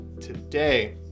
today